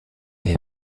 they